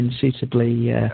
suitably